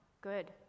good